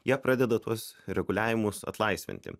jie pradeda tuos reguliavimus atlaisvinti